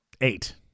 eight